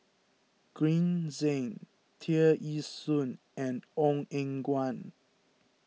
Green Zeng Tear Ee Soon and Ong Eng Guan